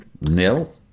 nil